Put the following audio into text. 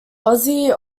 ozzy